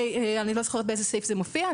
אני לא זוכרת באיזה סעיף זה מופיע,